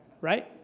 Right